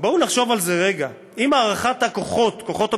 בואו נחשוב על זה רגע: אם הערכת כוחות הביטחון